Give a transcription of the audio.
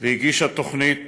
והגישה תוכנית